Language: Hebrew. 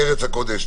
בארץ הקודש.